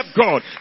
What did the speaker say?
God